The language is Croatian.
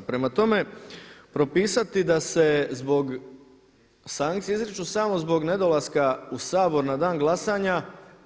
Prema tome, propisati da se zbog, sankcije izriču samo zbog nedolaska u Sabor na dan glasanja